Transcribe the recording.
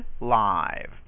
live